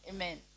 Amen